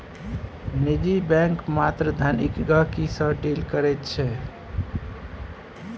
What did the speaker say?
निजी बैंक मात्र धनिक गहिंकी सँ डील करै छै